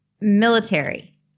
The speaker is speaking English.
military